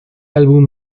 álbum